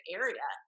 area